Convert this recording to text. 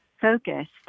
focused